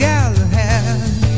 Galahad